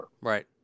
Right